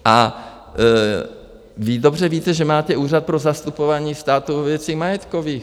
A vy dobře víte, že máte Úřad pro zastupování státu ve věcech majetkových.